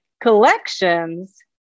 Collections